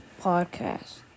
podcast